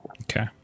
Okay